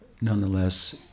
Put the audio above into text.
nonetheless